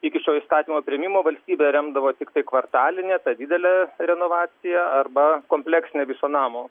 iki šio įstatymo priėmimo valstybė remdavo tiktai kvartalinę ta didelę renovaciją arba kompleksinę viso namo